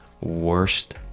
worst